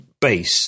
base